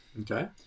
Okay